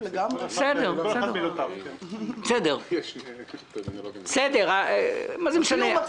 אנחנו ניפגש, בעזרת ה', אנחנו ואגף התקציבים.